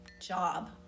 job